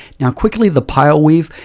now, quickly the pile weave,